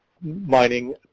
mining